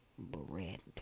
Bread